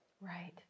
Right